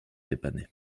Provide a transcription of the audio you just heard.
dépanner